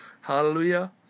Hallelujah